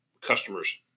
customers